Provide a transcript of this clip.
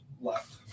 Left